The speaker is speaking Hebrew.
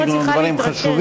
להציג לנו דברים חשובים.